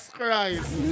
Christ